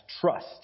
trust